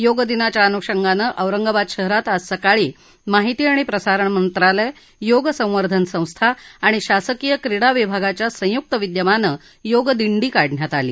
योग दिनाच्या अनुषंगानं औरंगाबाद शहरात आज सकाळी माहिती आणि प्रसारण मंत्रालय योगसंवर्धन संस्था आणि शासकीय क्रीडा विभागाच्या संयुक्त विद्यमानं योग दिंडी काढण्यात आली